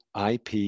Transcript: IP